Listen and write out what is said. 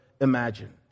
imagine